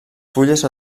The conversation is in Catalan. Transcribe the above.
fulles